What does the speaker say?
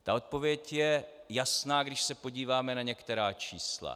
Ta odpověď je jasná, když se podíváme na některá čísla.